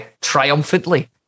triumphantly